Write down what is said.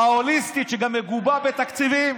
ההוליסטית, שגם מגובה בתקציבים,